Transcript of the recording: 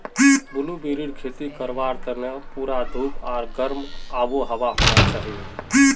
ब्लूबेरीर खेती करवार तने पूरा धूप आर गर्म आबोहवा होना चाहिए